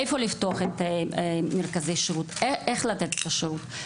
איפה לפתוח את מרכזי השירות, איך לתת את השירות.